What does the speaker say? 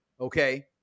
okay